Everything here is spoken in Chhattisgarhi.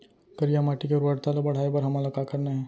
करिया माटी के उर्वरता ला बढ़ाए बर हमन ला का करना हे?